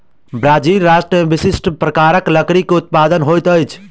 Brazil राष्ट्र में विशिष्ठ प्रकारक लकड़ी के उत्पादन होइत अछि